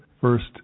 first